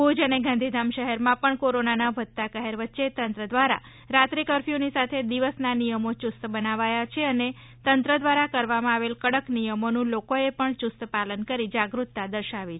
ભૂજ અને ગાંધીધામ શહેરમા પણ કોરોનાના વધતા કહેર વચ્ચે તંત્ર દ્વારા રાત્રી કફર્યૂની સાથે દિવસના નિયમો યુસ્ત બનાવાયા છે અને તંત્ર દ્વારા કરવામાં આવેલ કડક નિયમોનું લોકોએ પણ યુસ્ત પાલન કરી જાગૃતતા દર્શાવી છે